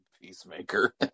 Peacemaker